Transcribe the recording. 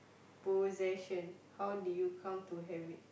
possession how did you come to have it